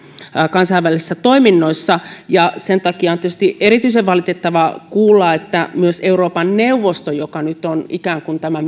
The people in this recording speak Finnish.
kansainvälisissä toiminnoissa sen takia on tietysti erityisen valitettavaa kuulla että myös euroopan neuvostossa joka nyt on ikään kuin tämä